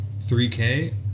3k